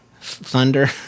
Thunder